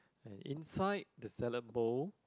and inside the salad bowl